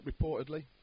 reportedly